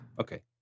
okay